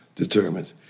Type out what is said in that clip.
determined